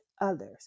others